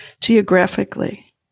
geographically